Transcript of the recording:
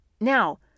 Now